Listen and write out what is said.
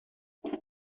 what